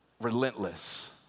relentless